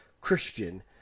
Christian